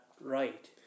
right